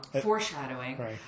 Foreshadowing